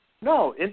no